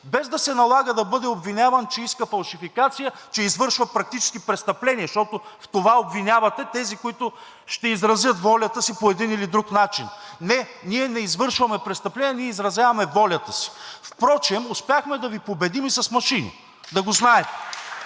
без да се налага да бъде обвиняван, че иска фалшификация, че извършва практически престъпление, защото в това обвинявате тези, които ще изразят волята си по един или друг начин. Не, ние не извършваме престъпление, ние изразяваме волята си. Впрочем, успяхме да Ви победим и с машини. Да го знаете!